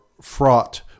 fraught